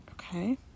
Okay